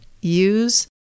use